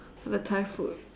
or the thai food